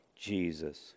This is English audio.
Jesus